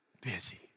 Busy